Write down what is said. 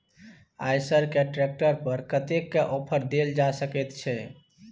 आयसर के ट्रैक्टर पर कतेक के ऑफर देल जा सकेत छै?